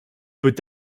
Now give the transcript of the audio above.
peut